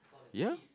ya